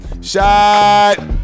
shot